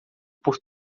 por